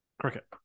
Cricket